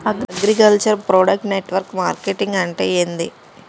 Agriculture product network marketing అంటే ఏంది?